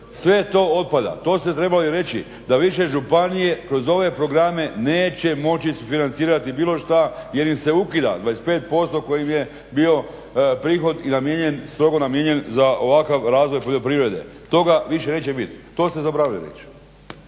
Sve to otpada. To ste trebali reći da više županije kroz ove programe neće moći isfinancirati bilo što jer im se ukida 25% koji im je bio prihod i strogo namijenjen za ovakav razvoj poljoprivrede. Toga više neće biti, to ste zaboravili reći.